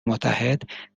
متحد